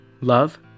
love